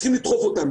צריכים לדחוף אותם.